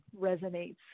resonates